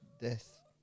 Death